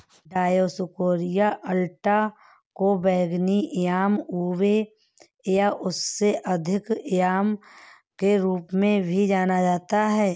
Dioscorea alata को बैंगनी yam ube या उससे अधिक याम के रूप में भी जाना जाता है